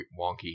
wonky